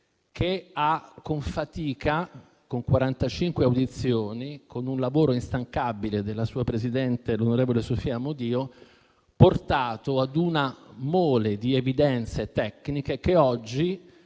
che con fatica, con 45 audizioni e il lavoro instancabile della sua Presidente, l'onorevole Sofia Amodio, ha portato ad una mole di evidenze tecniche che oggi,